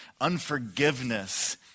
unforgiveness